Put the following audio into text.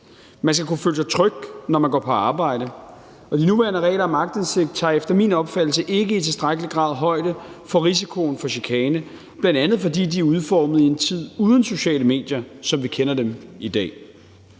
Man skal kunne føle sig tryg, når man går på arbejde, og de nuværende regler om aktindsigt tager efter min opfattelse ikke i tilstrækkelig grad højde for risikoen for chikane, bl.a. fordi de er udformet i en tid uden sociale medier, som vi kender dem i dag.